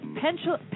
Pencil